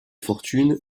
fortune